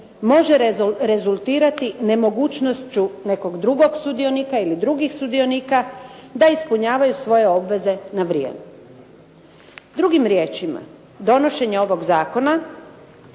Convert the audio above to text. može rezultirati nemogućnošću nekog drugog sudionika ili drugih sudionika da ispunjavaju svoje obveze na vrijeme. Drugim riječima, donošenje ovog zakona